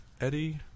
eddie